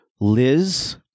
Liz